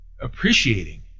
appreciating